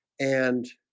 and